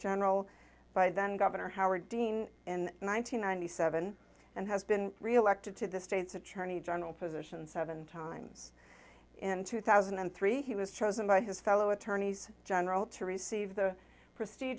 general by then governor howard dean in one thousand nine hundred seven and has been reelected to the state's attorney general position seven times in two thousand and three he was chosen by his fellow attorneys general to receive the presti